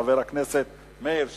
חבר הכנסת מאיר שטרית.